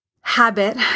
habit